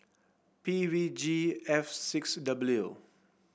P V G F six W